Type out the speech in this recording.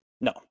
No